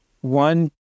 one